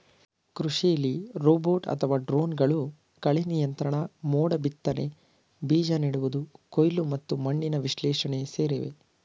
ಕೃಷಿಲಿ ರೋಬೋಟ್ ಅಥವಾ ಡ್ರೋನ್ಗಳು ಕಳೆನಿಯಂತ್ರಣ ಮೋಡಬಿತ್ತನೆ ಬೀಜ ನೆಡುವುದು ಕೊಯ್ಲು ಮತ್ತು ಮಣ್ಣಿನ ವಿಶ್ಲೇಷಣೆ ಸೇರಿವೆ